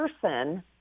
person